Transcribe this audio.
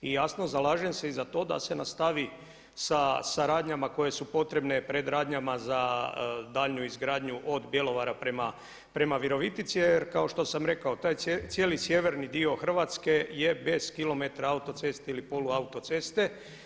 I jasno zalažem se i za to da se nastavi sa radnjama koje su potrebne, predradnjama za daljnju izgradnju od Bjelovara prema Virovitici jer kao što sam rekao, taj cijeli sjeverni dio Hrvatske je bez kilometra autoceste ili poluautoceste.